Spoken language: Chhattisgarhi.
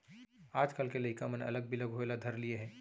आजकाल के लइका मन अलग बिलग होय ल धर लिये हें